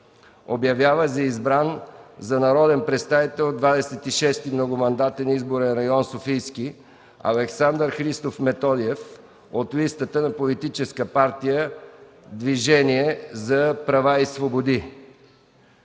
Обявява за избран за народен представител в 26. многомандатен изборен район – Софийски, Александър Христов Методиев от листата на Политическа партия „Движение за права и свободи”.”